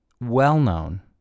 well-known